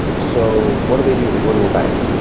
so what do they do? they go to a bank.